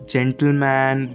Gentleman